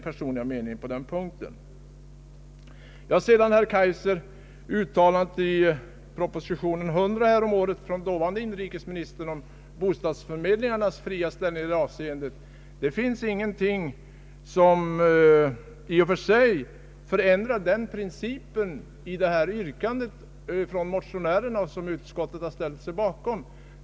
Herr Kaijser hänvisar till uttalandet i proposition nr 100 av dåvarande inrikesministern om bostadsförmedlingarnas fria ställning i detta avseende. Det finns ingenting som i och för sig förändrar den principen i det yrkande från motionärerna som utskottet har ställt sig bakom.